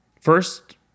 First